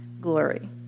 glory